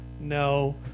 No